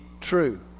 true